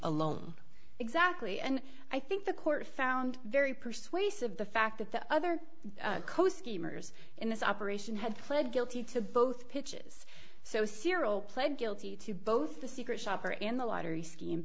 alone exactly and i think the court found very persuasive the fact that the other coast schemers in this operation had pled guilty to both pitches so cyril pled guilty to both the secret shopper and the lottery s